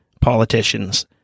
politicians